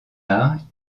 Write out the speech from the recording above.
art